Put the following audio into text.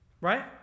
Right